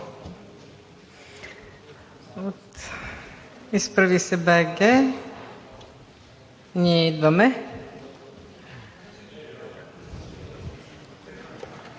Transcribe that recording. „Изправи се БГ! Ние идваме!“.